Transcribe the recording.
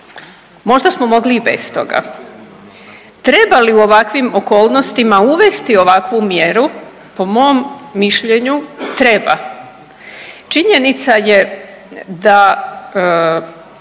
Možda smo mogli i bez toga. Treba li u ovakvim okolnostima uvesti ovakvu mjeru? Po mom mišljenju treba. Činjenica je da